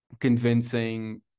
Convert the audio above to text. convincing